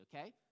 okay